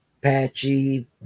patchy